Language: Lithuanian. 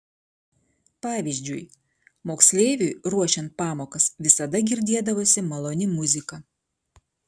pavyzdžiui moksleiviui ruošiant pamokas visada girdėdavosi maloni muzika